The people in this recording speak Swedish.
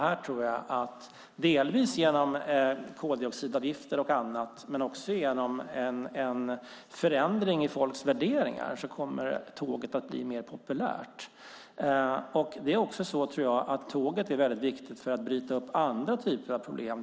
Här tror jag att tack vare koldioxidavgifter och förändringar i folks värderingar kommer tåget att bli mer populärt. Tåget är viktigt för att bryta upp andra typer av problem.